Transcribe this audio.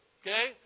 okay